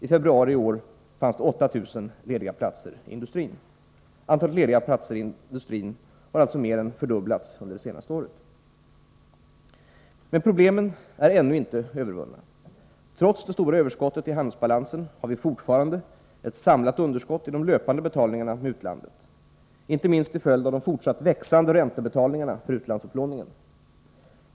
I februari i år fanns det 8 000 lediga platser. Antalet lediga arbeten i industrin har alltså mer än fördubblats under det senaste året. Men problemen är ännu inte övervunna. Trots det stora överskottet i handelsbalansen har vi fortfarande ett samlat underskott i de löpande betalningarna med utlandet — inte minst till följd av de fortsatt växande räntebetalningarna för utlandsupplåningen.